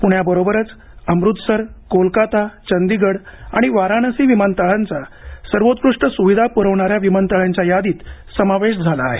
पुण्याबरोबरच अमृतसरकोलकाता चंदिगढ आणि वाराणसी विमानतळांचा सर्वोत्कृष्ट सुविधा पुरवणाऱ्या विमानतळाच्या यादीत समावेश झाला आहे